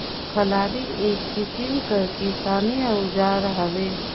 कलारी एक किसिम कर किसानी अउजार हवे